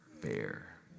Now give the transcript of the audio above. fair